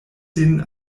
sin